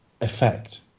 effect